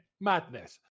madness